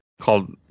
called